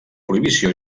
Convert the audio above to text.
prohibició